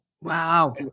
Wow